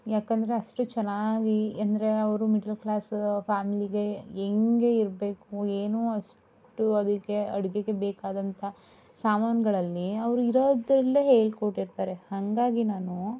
ಯಾಕಂದರೆ ಅಷ್ಟು ಚೆನ್ನಾಗಿ ಅಂದರೆ ಅವರು ಮಿಡ್ಲ್ ಕ್ಲಾಸ್ ಫ್ಯಾಮಿಲಿಗೆ ಹೆಂಗೆ ಇರಬೇಕು ಏನು ಅಷ್ಟು ಅದಕ್ಕೆ ಅಡುಗೆಗೆ ಬೇಕಾದಂಥ ಸಾಮಾನುಗಳಲ್ಲಿ ಅವರು ಇರೋದರಲ್ಲೇ ಹೇಳಿಕೊಟ್ಟಿರ್ತಾರೆ ಹಾಗಾಗಿ ನಾನು